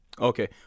Okay